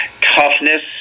toughness